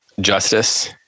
justice